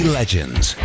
legends